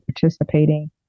participating